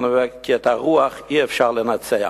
כי את הרוח אי-אפשר לנצח,